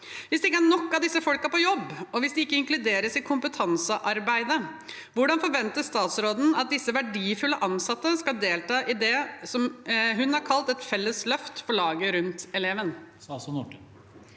Hvis det ikke er nok av disse folkene på jobb, og hvis de ikke inkluderes i kompetansearbeidet, hvordan forventer statsråden at disse verdifulle ansatte skal kunne delta i det som hun har kalt et felles løft for laget rundt eleven?